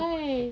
why